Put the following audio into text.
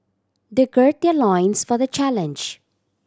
they gird their loins for the challenge